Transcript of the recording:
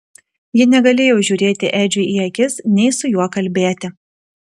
ji negalėjo žiūrėti edžiui į akis nei su juo kalbėti